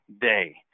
day